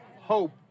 hope